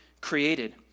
created